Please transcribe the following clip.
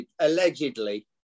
Allegedly